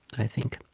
i think